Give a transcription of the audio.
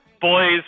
boys